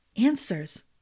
Answers